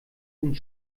sind